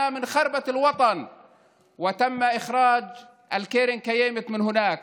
מח'רבת אל-ווטן והוציאו את הקרן הקיימת משם,